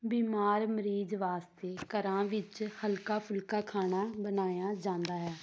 ਬਿਮਾਰ ਮਰੀਜ਼ ਵਾਸਤੇ ਘਰਾਂ ਵਿੱਚ ਹਲਕਾ ਫੁਲਕਾ ਖਾਣਾ ਬਣਾਇਆ ਜਾਂਦਾ ਹੈ